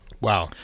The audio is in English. Wow